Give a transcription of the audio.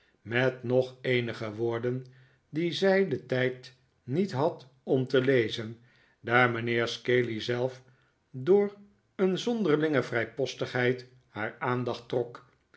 met nog eenige woorden die zij den tijd niet had om te lezen daar mijnheer scaley zelf door een zonderlinge vrijpostigheid haar aandacht trok